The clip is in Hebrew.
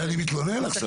על זה אני מתלונן עכשיו.